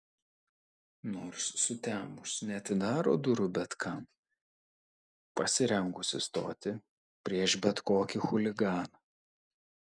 nors sutemus neatidaro durų bet kam pasirengusi stoti prieš bet kokį chuliganą